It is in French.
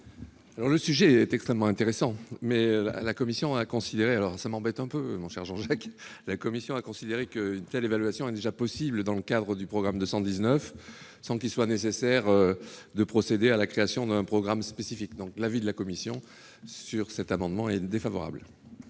Le sujet est extrêmement intéressant, mais la commission a considéré qu'une telle évaluation était déjà possible dans le cadre du programme 219, sans qu'il soit nécessaire de procéder à la création d'un programme spécifique. Je vous demande donc, mon cher collègue,